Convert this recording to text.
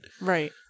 Right